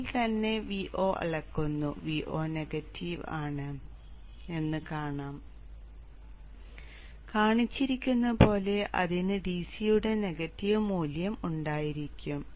Vo ൽ തന്നെ Vo അളക്കുന്നു Vo നെഗറ്റീവ് ആണ് എന്ന് കാണാം കാണിച്ചിരിക്കുന്നതുപോലെ അതിന് DC യുടെ നെഗറ്റീവ് മൂല്യം ഉണ്ടായിരിക്കും